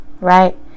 Right